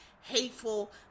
hateful